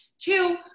Two